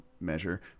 measure